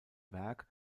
werk